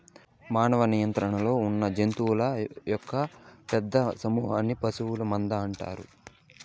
మానవ నియంత్రణలో ఉన్నజంతువుల యొక్క పెద్ద సమూహన్ని పశువుల మంద అంటారు